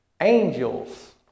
Angels